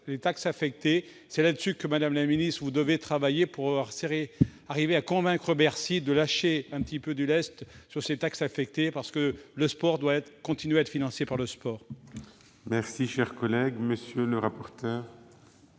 aux taxes affectées. C'est sur ce point, madame la ministre, que vous devez travailler : il faut parvenir à convaincre Bercy de lâcher un petit peu de lest sur ces taxes affectées, parce que le sport doit continuer à être financé par le sport